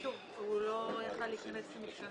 הוא לא היה יכול להיכנס למשכן הכנסת.